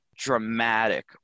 dramatic